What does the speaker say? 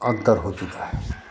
अन्तर हो चुका है